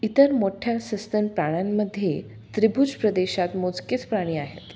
इतर मोठ्या सस्तन प्राण्यांमध्ये त्रिभुज प्रदेशात मोजकेच प्राणी आहेत